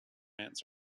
ants